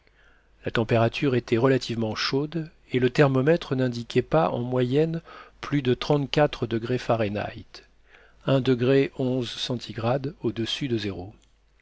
la température était relativement chaude et le thermomètre n'indiquait pas en moyenne plus de trente-quatre degrés fahrenheit